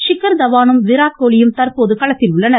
ிக்கர்தவானும் விராட்கோலியும் தற்போது களத்தில் உள்ளனர்